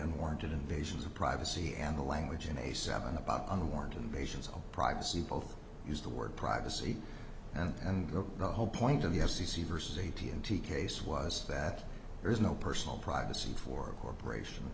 unwarranted invasions of privacy and the language in a seven about unwarranted invasions of privacy both use the word privacy and and the whole point of the f c c versus a t n t case was that there is no personal privacy for corporation